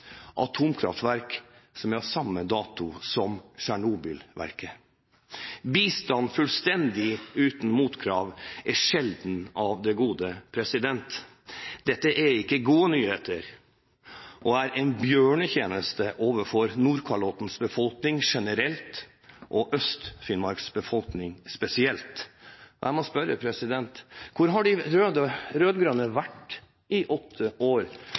atomkraftverk som er av samme dato som Tsjernobylverket. Bistand fullstendig uten motkrav er sjelden av det gode. Dette er ikke gode nyheter og er en bjørnetjeneste overfor Nordkalottens befolkning generelt og Øst-Finnmarks befolkning spesielt. Jeg må spørre: Hvor har de rød-grønne vært i åtte år